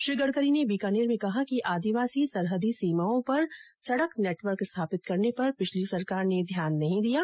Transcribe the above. श्री गडकरी ने बीकानेर में कहा कि आदिवासी सरहदी सीमाओं पर सडक नेटवर्क स्थापित करने पर पिछली सरकार ने ध्यान नहीं दिया गया